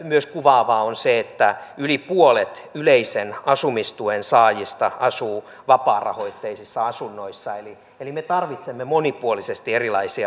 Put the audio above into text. myös kuvaavaa on se että yli puolet yleisen asumistuen saajista asuu vapaarahoitteisissa asunnoissa eli me tarvitsemme monipuolisesti erilaisia asuntoja